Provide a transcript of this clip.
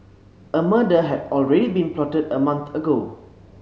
a murder had already been plotted a month ago